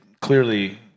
clearly